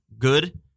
good